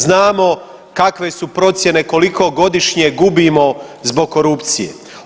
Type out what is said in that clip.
Znamo kakve su procjene koliko godišnje gubimo zbog korupcije.